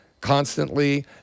constantly